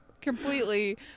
completely